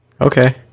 Okay